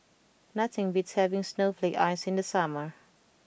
nothing beats having snowflake ice in the summer